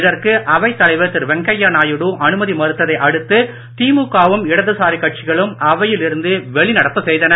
இதற்கு அவைத் தலைவர் திரு வெங்கையநாயுடு அனுமதி மறுத்ததை அடுத்து திமுக வும் இடதுசாரி கட்சிகளும் அவையில் இருந்து வெளிநடப்பு செய்தன